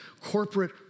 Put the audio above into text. Corporate